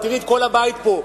תראי את כל הבית פה,